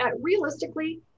Realistically